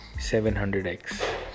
700x